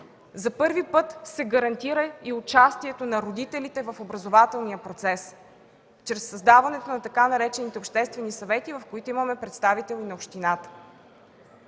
За първи път се гарантира и участието на родителите в образователния процес чрез създаването на така наречените „обществени съвети”, в които имаме представител и на общината.